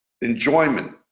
enjoyment